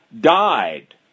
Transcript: died